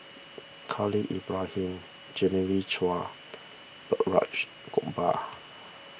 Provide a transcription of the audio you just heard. Khalil Ibrahim Genevieve Chua Balraj Gopal